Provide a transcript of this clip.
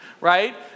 right